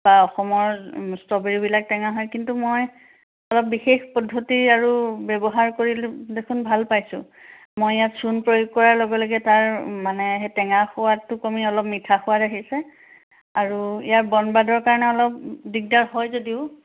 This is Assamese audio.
বা অসমৰ ষ্ট্ৰবেৰীবিলাক টেঙা হয় কিন্তু মই অলপ বিশেষ পদ্ধতি আৰু ব্যৱহাৰ কৰিলোঁ দেখোন ভাল পাইছোঁ মই ইয়াত চূণ প্ৰয়োগ কৰাৰ লগে লগে তাৰ মানে সেই টেঙা সোৱাদটো কমি অলপ মিঠা সোৱাদ আহিছে আৰু ইয়াৰ বন বাদৰ কাৰণে অলপ দিগদাৰ হয় যদিও